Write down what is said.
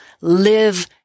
live